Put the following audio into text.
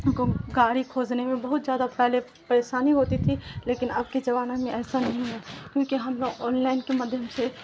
گاڑی کھوجنے میں بہت زیادہ پہلے پریشانی ہوتی تھی لیکن اب کے زمانہ میں ایسا نہیں ہے کیونکہ ہم لوگ آلائن کے مادھیم سے